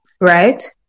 right